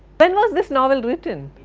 when was this novel written?